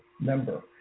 member